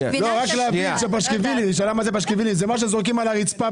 פשקווילים זה מה שבדרך כלל זורקים על הרצפה.